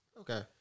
Okay